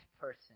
person